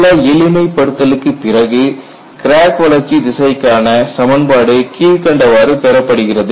சில எளிமைப்படுத்தலுக்குப் பிறகு கிராக் வளர்ச்சி திசைக்கான சமன்பாடு கீழ்க்கண்டவாறு பெறப்படுகிறது